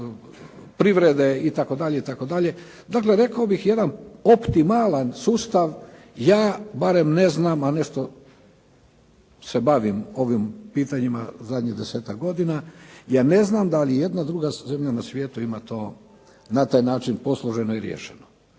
iz privrede itd., itd. Dakle, rekao bih jedan optimalan sustav. Ja barem ne znam, a nešto se bavim ovim pitanjima zadnjih desetak godina, ja ne znam da li ijedna druga zemlja na svijetu ima to na taj način posloženo i riješeno.